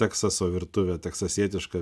teksaso virtuvė teksasietiška